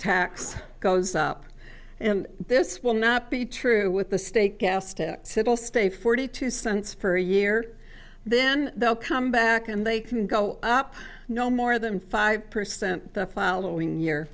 tax goes up and this will not be true with the state gas to settle stay forty two cents for a year then they'll come back and they can go up no more than five percent the following year